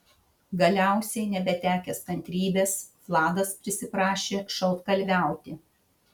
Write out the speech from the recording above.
galiausiai nebetekęs kantrybės vladas prisiprašė šaltkalviauti